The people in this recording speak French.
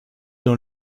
dans